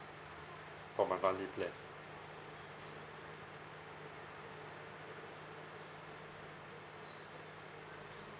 for my monthly plan